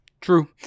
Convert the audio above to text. True